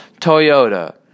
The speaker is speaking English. Toyota